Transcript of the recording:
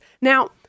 now